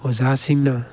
ꯑꯣꯖꯥꯁꯤꯡꯅ